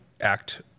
act